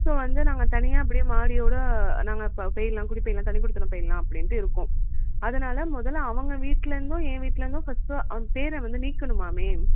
so வந்து நாங்கள் தனியாக அப்படியே மாடியோடு நாங்கள் இப்போ போயிடலாம் குடி போயிடலாம் தனிக் குடித்தனம் போயிடலாம் அப்படின்ட்டு இருக்கோம் அதனால மொதலில் அவங்க வீட்லேருந்தும் என் வீட்லேருந்தும் ஃபர்ஸ்ட் அவங்க பேரை வந்து நீக்கணுமாமே